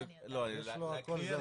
יש לו הכל...